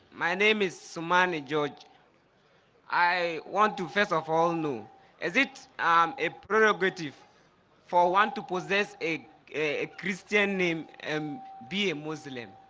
my name is semana george i want to first of all noon as it's um a prerogative for one to possess a a christian name m be a muslim